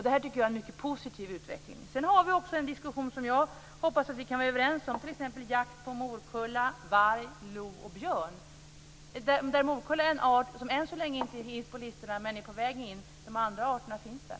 Det tycker jag är en mycket positiv utveckling. Sedan har vi också en diskussion där jag hoppas att vi kan vara överens. Det gäller t.ex. jakt på morkulla, varg, lo och björn. Morkulla är en art som än så länge inte finns på listorna, men som är på väg in. De andra arterna finns där.